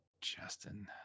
Justin